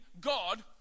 God